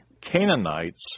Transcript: Canaanites